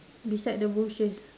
beside the bushes